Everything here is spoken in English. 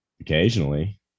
occasionally